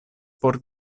por